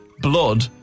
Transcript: blood